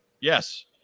Yes